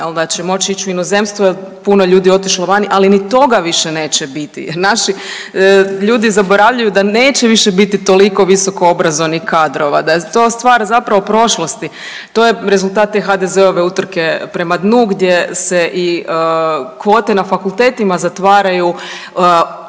da će moći ići u inozemstvo jel puno ljudi je otišlo vani, ali ni toga više neće biti jer naši ljudi zaboravljaju da neće više biti toliko visoko obrazovanih kadrova, da je to stvar zapravo prošlosti. To je rezultat te HDZ-ove utrke prema dnu gdje se i kvote na fakultetima zatvaraju,